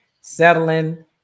Settling